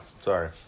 sorry